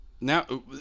now